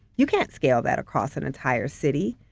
you can't scale that across an entire city.